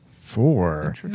Four